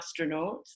astronauts